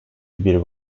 bir